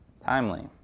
timely